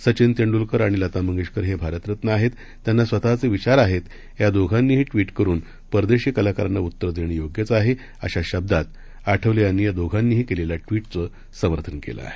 सचिनतेंडुलकरआणिलतामंगेशकरहेभारतरत्नआहेत त्यांनास्वतःचेविचारआहेत यादोघांनीहीट्विटकरूनपरदेशीकलाकारांनाउत्तरदेणंयोग्यचआहे अशाशब्दातआठवलेयांनीयादोघांनीहीकेलेल्याट्विटचंहीसमर्थनकेलंआहे